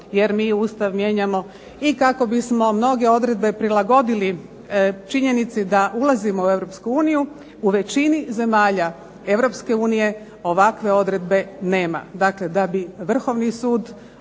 jer mi Ustav mijenjamo i kako bismo mnoge odredbe prilagodili činjenici da ulazimo u Europsku uniju, u većini zemalja Europske unije ovakve odredbe nema.